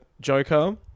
Joker